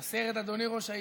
הסרט: אדוני ראש העיר.